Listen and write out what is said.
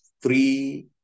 three